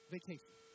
Vacation